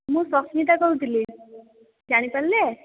ମୁଁ ସସ୍ମିତା କହୁଥିଲି ଜାଣିପାରିଲେ